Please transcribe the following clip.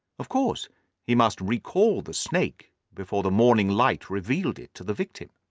of course he must recall the snake before the morning light revealed it to the victim.